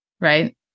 right